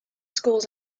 schools